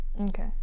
Okay